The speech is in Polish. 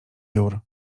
jur